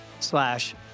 slash